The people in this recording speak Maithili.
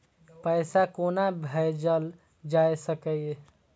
पैसा कोना भैजल जाय सके ये